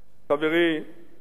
חברי זבולון,